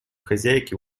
хозяйки